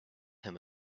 him